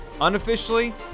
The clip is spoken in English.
Unofficially